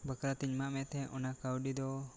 ᱵᱟᱠᱷᱨᱟᱛᱮᱧ ᱮᱢᱟ ᱢᱮ ᱛᱟᱦᱮᱱ ᱚᱱᱟ ᱠᱟᱹᱣᱰᱤ ᱫᱚ